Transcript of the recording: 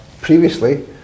previously